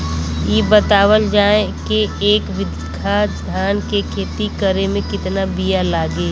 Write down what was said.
इ बतावल जाए के एक बिघा धान के खेती करेमे कितना बिया लागि?